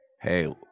hey